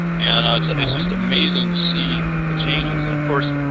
and ah it's ah it's just amazing to see the changes. and of course,